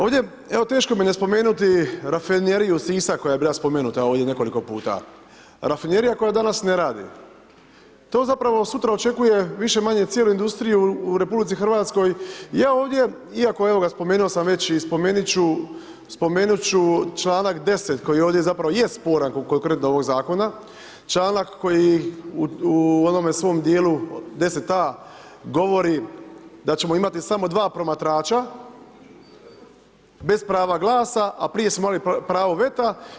Ovdje evo, teško mi ne spomenuti rafineriju Sisak koja je bila spomenuta ovdje nekoliko puta, rafinerija koja danas ne radi, to zapravo sutra očekuje više-manje cijelu industriju u Republici Hrvatskoj, ja ovdje, iako, evo ga, spomenuo sam već i spomenut ću, spomenut ću članak 10., koji ovdje zapravo jest sporan kod konkretno ovog Zakona, članak koji u, u onome svom dijelu 10a, govori da ćemo imati samo 2 promatrača bez prava glasa, a prije su imali pravo veta.